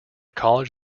college